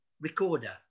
recorder